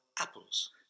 apples